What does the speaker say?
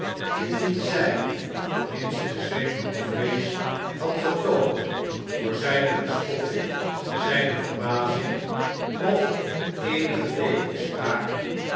indien zij den minsten zweem van vrees had getoond voor zijne bespotting zijne verbazing of eenige tegenspraak